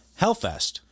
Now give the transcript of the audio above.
Hellfest